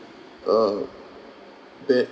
uh where